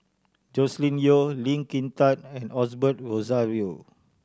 Joscelin Yeo Lee Kin Tat and Osbert Rozario